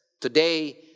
today